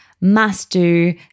must-do